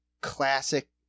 classic